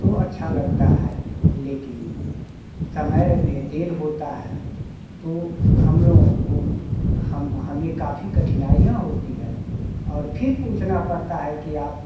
तो अच्छा लगता है लेकिन समय में देर होता है तो हम लोगों को हमें हमें काफी कठिनाइयाँ होती है और फिर पूछना पड़ता है कि आप